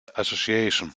association